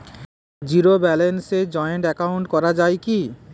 Zero ব্যালেন্সে joint account করা য়ায় কি?